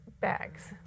bags